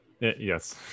Yes